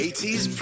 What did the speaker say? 80s